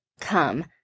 come